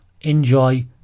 Enjoy